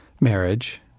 marriage